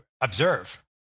observe